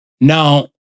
Now